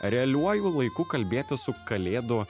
realiuoju laiku kalbėtis su kalėdų